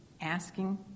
asking